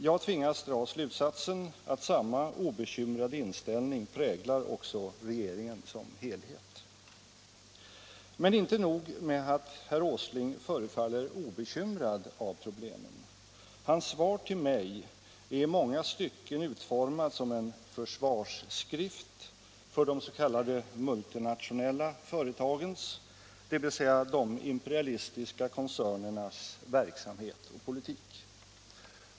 Jag tvingas dra slutsatsen att samma obekymrade inställning också präglar regeringen som helhet. Men inte nog med att herr Åsling förefaller obekymrad av problemen. Hans svar till mig är i många stycken utformat som en försvarsskrift för de s.k. multinationella företagens, dvs. de imperialistiska koncernernas, verksamhet och politik.